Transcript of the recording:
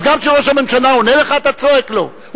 אז גם כשראש הממשלה עונה לך אתה צועק לו?